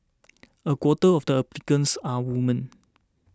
a quarter of the applicants are women